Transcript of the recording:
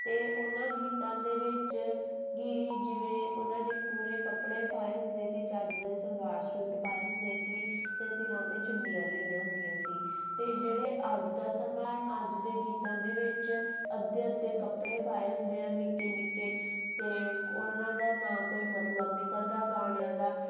ਅਤੇ ਉਹਨਾਂ ਗੀਤਾਂ ਦੇ ਵਿੱਚ ਕਿ ਜਿਵੇਂ ਉਹਨਾਂ ਨੇ ਪੂਰੇ ਕੱਪੜੇ ਪਾਏ ਹੁੰਦੇ ਸੀ ਚੱਜ ਦੇ ਸਲਵਾਰ ਸੂਟ ਪਾਏ ਹੁੰਦੇ ਸੀ ਅਤੇ ਸਿਰਾਂ 'ਤੇ ਚੁੰਨੀਆਂ ਲਈਆਂ ਹੁੰਦੀਆਂ ਸੀ ਅਤੇ ਜਿਹੜੇ ਅੱਜ ਦਾ ਸਮਾਂ ਅੱਜ ਦੇ ਗੀਤਾਂ ਦੇ ਵਿੱਚ ਅੱਧੇ ਅੱਧੇ ਕੱਪੜੇ ਪਾਏ ਹੁੰਦੇ ਆ ਨਿੱਕੇ ਨਿੱਕੇ ਅਤੇ ਉਹਨਾਂ ਦਾ ਨਾ ਕੋਈ ਮਤਲਬ ਨਿਕਲਦਾ ਗਾਣਿਆਂ ਦਾ